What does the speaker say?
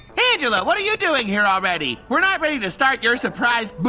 angela, what are you doing here already? we're not ready to start your surprise but